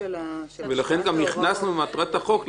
לכן גם הכנסנו את מטרת החוק.